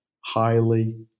highly